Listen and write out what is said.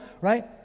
right